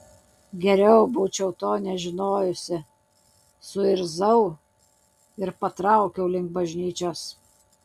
geriau būčiau to nežinojusi suirzau ir patraukiau link bažnyčios